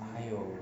还有